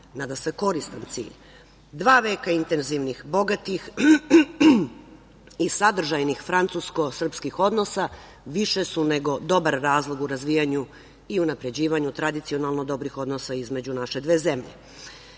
nadasve koristan cilj. Dva veka intenzivnih bogatih i sadržajnih francusko-srpskih odnosa više su nego dobar razlog u razvijanju i unapređivanju tradicionalno dobrih odnosa između naše dve zemlje.